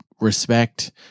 respect